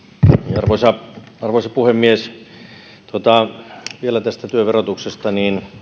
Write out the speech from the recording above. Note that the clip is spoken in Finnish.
arvoisa arvoisa puhemies vielä tästä työn verotuksesta